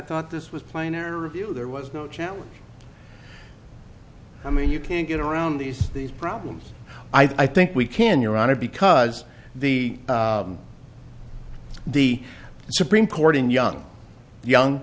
thought this was plainer review there was no challenge i mean you can't get around these these problems i think we can your honor because the the supreme court in young young